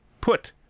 put